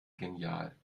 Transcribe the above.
genial